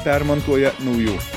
permontuoja naujų